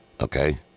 Okay